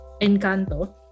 Encanto